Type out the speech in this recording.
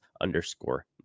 underscore